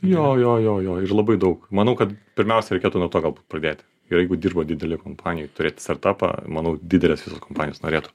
jo jo jo jo labai daug manau kad pirmiausia reikėtų nuo to gal pradėti jeigu dirba didelė kompanija turėti startapą manau didelės kompanijos norėtų